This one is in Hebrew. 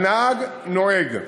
והנהג נוהג.